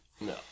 No